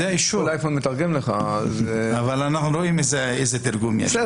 אנחנו רואים איזה תרגום יש.